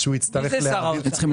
אני